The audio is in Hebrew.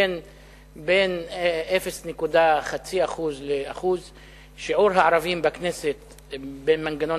בין 0.5% ל-1%; שיעור הערבים במנגנון